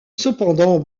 cependant